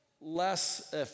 less